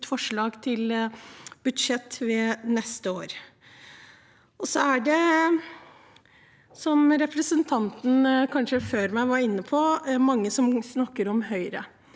forslag til budsjett neste år. Som representanten før meg var inne på, er det mange som snakker om Høyre,